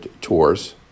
tours